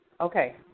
Okay